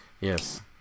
Yes